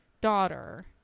daughter